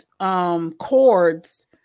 chords